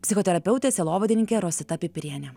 psichoterapeutė sielovadininkė rosita pipirienė